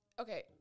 Okay